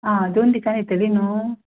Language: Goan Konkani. आं दोन दिसान येतली न्हय